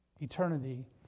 eternity